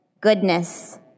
goodness